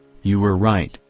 you were right,